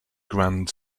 grand